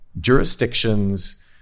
jurisdictions